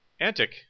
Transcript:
Antic